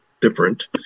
different